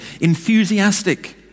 Enthusiastic